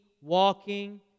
walking